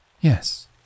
Yes